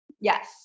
Yes